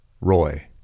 Roy